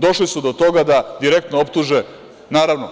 Došli su do toga da direktno optuže, naravno,